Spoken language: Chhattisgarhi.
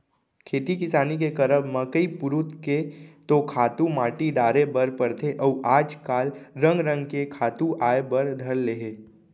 खेती किसानी के करब म कई पुरूत के तो खातू माटी डारे बर परथे अउ आज काल रंग रंग के खातू आय बर धर ले हे